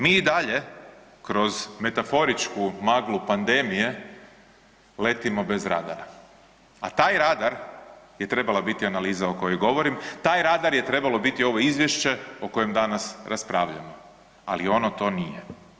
Mi i dalje kroz metaforičku maglu pandemije letimo bez radara, a taj radar je trebala biti analiza o kojoj govorim, taj radar je trebalo biti ovo izvješće o kojem danas raspravljamo, ali ono to nije.